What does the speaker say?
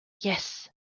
yes